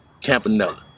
Campanella